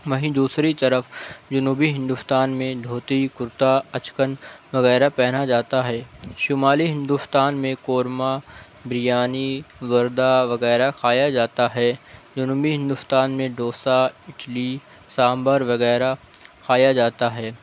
وہیں دوسری طرف جنوبی ہندوستان میں دھوتی کرتا اچکن وغیرہ پہنا جاتا ہے شمالی ہندوستان میں قورمہ بریانی زردہ وغیرہ کھایا جاتا ہے جنوبی ہندوستان میں ڈوسہ اڈلی سانبھر وغیرہ کھایا جاتا ہے